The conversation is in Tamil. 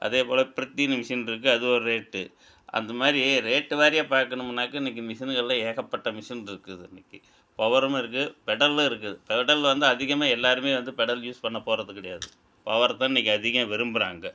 அதே போல் ப்ரித்தின்னு மிஷின் இருக்கு அது ஒரு ரேட்டு அந்த மாதிரி ரேட்டு வாரியாக பார்க்கணுமுன்னாக்க இன்னக்கு மிஷின்கள்ல ஏகப்பட்ட மிஷின் இருக்குது இன்னக்கு பவரும் இருக்கு பெடலும் இருக்குது பெடல் வந்து அதிகமாக எல்லாருமே வந்து பெடல் யூஸ் பண்ண போகறது கிடையாது பவரை தான் இன்னக்கு அதிகம் விரும்புறாங்க